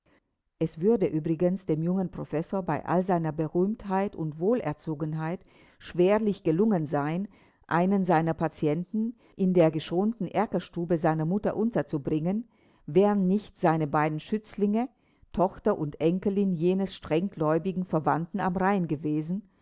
es würde übrigens dem jungen professor bei all seiner berühmtheit und wohlerzogenheit schwerlich gelungen sein einen seiner patienten in der geschonten erkerstube seiner mutter unterzubringen wären nicht seine beiden schützlinge tochter und enkelin jenes strenggläubigen verwandten am rhein gewesen